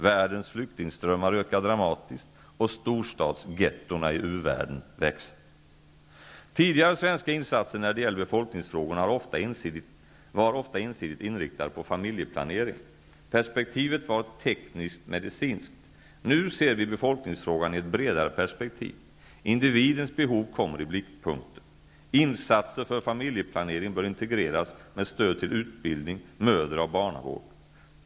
Världens flyktingströmmar ökar dramatiskt och storstadsgettona i u-världen växer. Tidigare svenska insatser när det gäller befolkningsfrågorna var ofta ensidigt inriktade på familjeplanering. Perspektivet var teknisktmedicinskt. Nu ser vi befolkningsfrågan i ett bredare perspektiv. Individens behov kommer i blickpunkten. Insatser för familjeplanering bör integreras med stöd till utbildning, mödra och barnavård.